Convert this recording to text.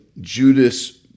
Judas